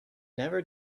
never